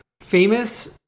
famous